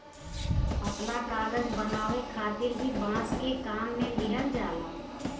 पतला कागज बनावे खातिर भी बांस के काम में लिहल जाला